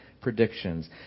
predictions